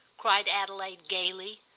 cried adelaide gaily.